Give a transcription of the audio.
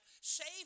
save